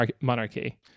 monarchy